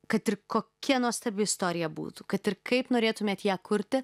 kad ir kokia nuostabi istorija būtų kad ir kaip norėtumėt ją kurti